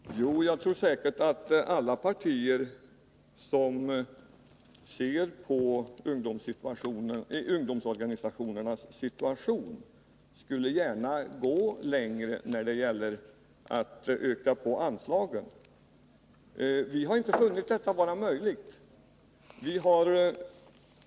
Herr talman! Jag tror säkert att alla partier som ser på ungdomsorganisationernas situation gärna skulle vilja gå längre när det gäller att höja anslagen. Men vi har inte funnit det vara möjligt med en ökning.